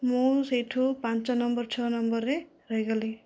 ମୁଁ ସେଇଠୁ ପାଞ୍ଚ ନମ୍ବର୍ ଛଅ ନମ୍ବର୍ରେ ରହିଗଲି